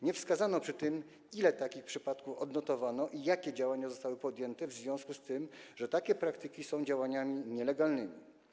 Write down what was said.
Nie podano przy tym, ile takich przypadków odnotowano i jakie działania zostały podjęte w związku z tym, że takie praktyki są działaniami nielegalnymi.